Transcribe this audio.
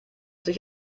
sich